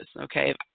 okay